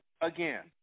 again